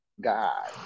god